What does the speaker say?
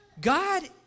God